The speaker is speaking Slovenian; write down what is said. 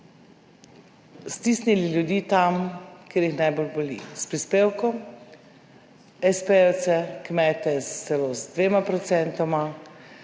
stisnili ljudi tam kjer jih najbolj boli, s prispevkom, s. p.-jevce, kmete celo z